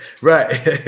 Right